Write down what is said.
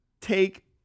take